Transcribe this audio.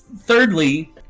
Thirdly